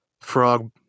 frog